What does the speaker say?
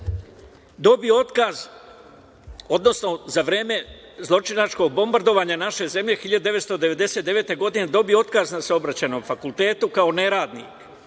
dobio otkaz, odnosno za vreme zločinačkog bombardovanja naše zemlje 1999. godine dobio otkaz na Saobraćajnom fakultetu kao neradnik